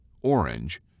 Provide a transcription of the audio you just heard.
orange